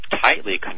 tightly